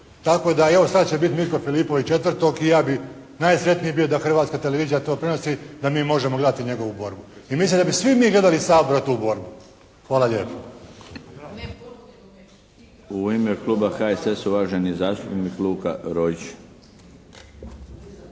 tako da je, evo sada će biti Mirko Filipović 4. i ja bi najsretniji bio da Hrvatska televizija to prenosi, da mi možemo gledati njegovu borbu. I mislim da bi svi mi gledali u Saboru tu borbu. Hvala lijepo. **Milinović, Darko (HDZ)** U ime kluba HSS-a,